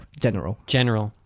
general 。